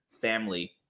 family